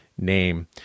Name